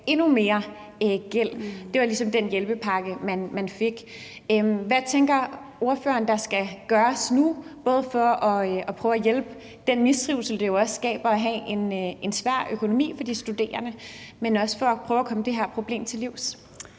endnu mere gæld. Det var ligesom den hjælpepakke, man fik. Hvad tænker ordføreren der skal gøres nu, både for at prøve at afhjælpe den mistrivsel, det jo også skaber for de studerende at have en svær økonomi, men også for at prøve at komme det her problem til livs?